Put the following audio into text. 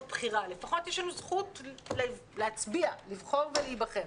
בחירה ומאז לפחות יש לנו זכות לבחור ולהיבחר.